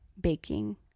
baking